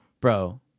Bro